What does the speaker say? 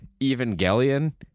Evangelion